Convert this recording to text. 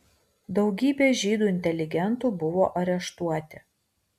daugybė žydų inteligentų buvo areštuoti